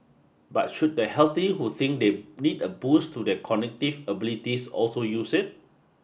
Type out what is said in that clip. but should the healthy who think they need a boost to their cognitive abilities also use it